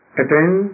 attend